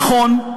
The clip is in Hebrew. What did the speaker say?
נכון,